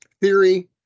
theory